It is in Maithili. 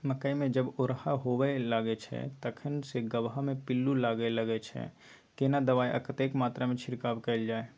मकई मे जब ओरहा होबय लागय छै तखन से गबहा मे पिल्लू लागय लागय छै, केना दबाय आ कतेक मात्रा मे छिरकाव कैल जाय?